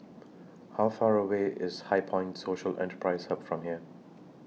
How Far away IS HighPoint Social Enterprise Hub from here